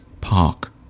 park